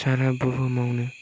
सारा बुहुमावनो